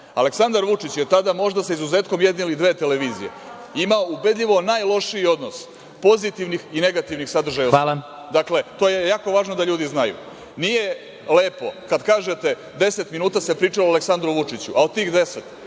Aleksandar Vučić je tada, možda sa izuzetkom jedne ili dve televizije, imao ubedljivo najlošiji odnos pozitivnih i negativnih sadržaja. Dakle, to je jako važno da ljudi znaju. Nije lepo kad kažete - deset minuta se pričalo o Aleksandru Vučiću, a od tih 10